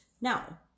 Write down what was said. Now